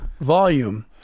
volume